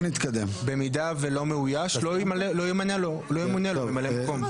במידה שלא יאויש לא ימונה לו ממלא מקום.